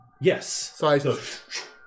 Yes